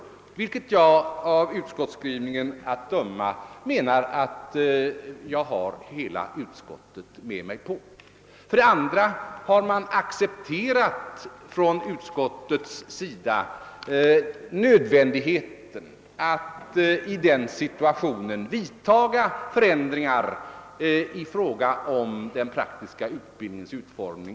Av utskottsskrivningen att döma är hela utskottet med på det förslaget. Vidare har utskottet accepterat nödvändigheten att i nuvarande situation vidta förändringar i fråga om den praktiska utbildningens utformning.